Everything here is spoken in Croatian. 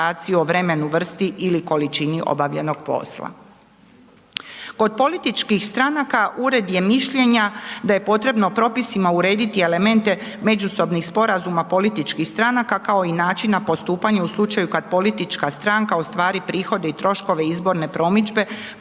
Kod političkih stranaka, ured je mišljenja da je potrebno propisima urediti elemente međusobnih sporazuma političkih stanaka, kao i načina postupanja u slučaju kad politička stranka ostvari prihode i troškove izborne promidžbe